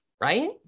right